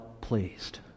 pleased